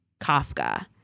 Kafka